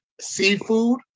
seafood